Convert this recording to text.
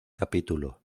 capítulo